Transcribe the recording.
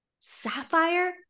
sapphire